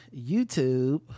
youtube